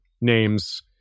names